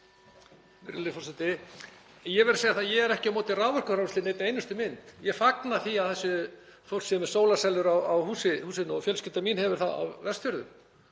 Ég verð að segja að ég er ekki á móti raforkuframleiðslu í neinni einustu mynd. Ég fagna því að það sé fólk sé með sólarsellur á húsinu og fjölskylda mín hefur það á Vestfjörðum.